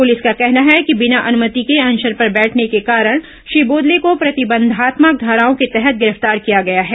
police का कहना है कि बिना अनुमति के अनशन पर बैठने के कारण श्री बोदले को प्रतिबंधात्मक धाराओं के तहत गिरफ्तार किया गया है